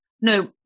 No